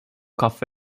cafe